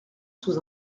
sous